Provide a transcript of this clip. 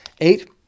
Eight